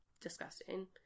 disgusting